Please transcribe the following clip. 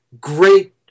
great